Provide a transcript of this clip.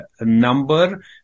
number